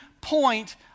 point